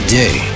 day